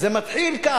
זה מתחיל כך.